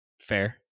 Fair